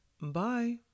Bye